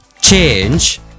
change